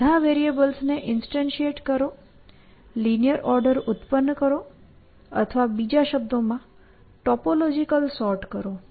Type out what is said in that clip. બધાં વેરિએબલ્સને ઇન્સ્ટેન્શિયેટ કરો લિનીઅર ઓર્ડર ઉત્પન્ન કરો અથવા બીજા શબ્દોમાં ટોપોલોજીકલ સોર્ટ કરો